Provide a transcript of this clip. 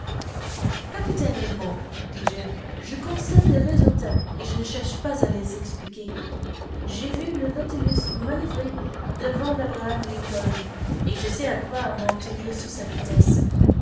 capitaine nemo dis-je je constate les résultats et je ne cherche pas à les expliquer j'ai vu le nautilus manoeuvrer devant labraham lincoln et je sais à quoi m'en tenir sur sa vitesse